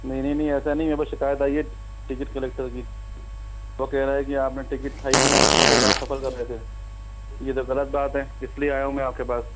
नहीं नहीं नहीं ऐसा नहीं है मेको कोई शिकायत आई है टिकट कलेकटेर की वो कह रहा है टिकट था ही नहीं आपके पास और आप सफर कर रहे थे ये तो गलत बात है इसलिए आया हूँ मैं आपके पास